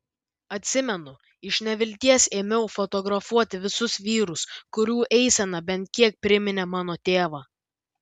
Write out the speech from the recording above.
atsimenu iš nevilties ėmiau fotografuoti visus vyrus kurių eisena bent kiek priminė mano tėvą